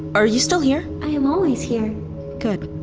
are you still here? i am always here good.